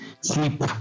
sleep